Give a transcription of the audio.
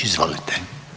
Izvolite.